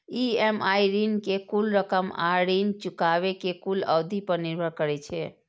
EMI ऋण के कुल रकम आ ऋण चुकाबै के कुल अवधि पर निर्भर करै छै